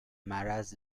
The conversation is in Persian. مرض